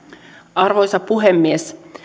arvoisa puhemies